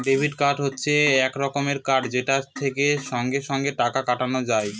debit card হচ্ছে এক রকমের কার্ড যেটা থেকে সঙ্গে সঙ্গে টাকা কাটানো যায়